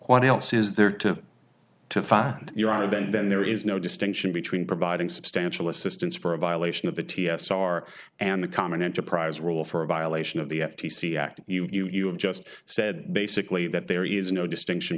what else is there to to find you out of them then there is no distinction between providing substantial assistance for a violation of the t s r and the common enterprise rule for a violation of the f t c act you've just said basically that there is no distinction